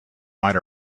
might